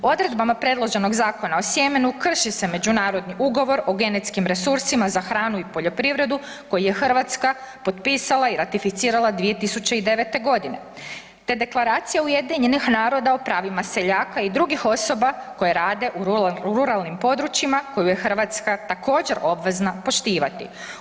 Odredbama predloženog Zakona o sjemenu krši se međunarodni Ugovor o genetskim resursima za hranu i poljoprivredu koji je Hrvatska potpisala i ratificirala 2009.g., te Deklaracija UN-a o pravima seljaka i drugih osoba koje rade u ruralnim područjima koju je Hrvatska također obvezna poštivati.